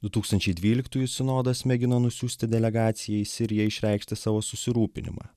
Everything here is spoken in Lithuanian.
du tūkstančiai dvyliktųjų sinodas mėgino nusiųsti delegaciją į siriją išreikšti savo susirūpinimą